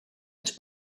ens